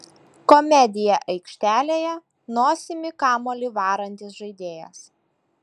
komedija aikštelėje nosimi kamuolį varantis žaidėjas